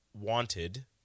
wanted